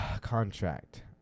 contract